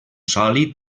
sòlid